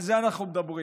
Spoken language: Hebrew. על זה אנחנו מדברים.